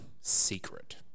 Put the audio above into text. secret